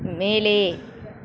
மேலே